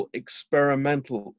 experimental